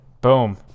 Boom